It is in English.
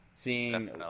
seeing